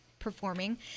performing